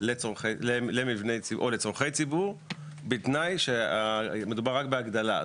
לצורכי ציבור בתנאי שמדובר רק בהגדלה.